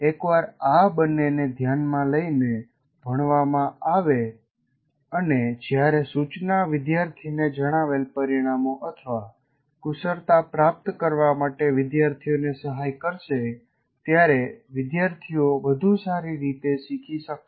એકવાર આ બંનેને ધ્યાન માં લઈને ભણવામાં આવે અને જયારે સૂચના વિદ્યાર્થીને જણાવેલ પરિણામો અથવા કુશળતા પ્રાપ્ત કરવા માટે વિદ્યાર્થીઓને સહાય કરશે ત્યારે વિદ્યાર્થીઓ વધુ સારી રીતે શીખી શકશે